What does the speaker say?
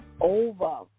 over